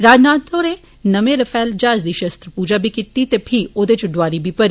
राजनाथ होरें नमें राफेल ज्हाजें दी शस्त्र पूजा बी कीती ते फी औदे च डोआरी भी भरी